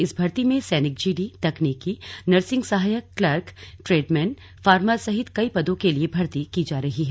इस भर्ती में सैनिक जीडी तकनीकी नर्सिंग सहायक क्लर्क एसकेटी ट्रैडमैन फार्मा सहित कई पदों के लिए भर्ती की जा रही है